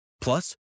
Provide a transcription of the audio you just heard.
Plus